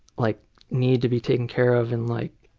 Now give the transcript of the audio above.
like need to be taken care of and like